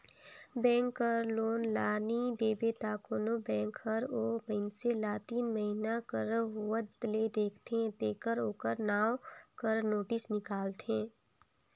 bank कर loan ल नी देबे त कोनो बेंक हर ओ मइनसे ल तीन महिना कर होवत ले देखथे तेकर ओकर नांव कर नोटिस हिंकालथे